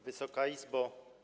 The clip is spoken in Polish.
Wysoka Izbo!